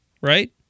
right